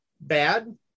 bad